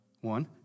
one